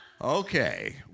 Okay